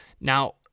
Now